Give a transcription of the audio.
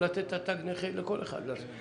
ולתת את תג הנכה לכל אחד.